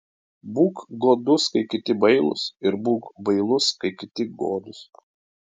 būk godus kai kiti bailūs ir būk bailus kai kiti godūs